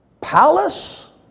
Palace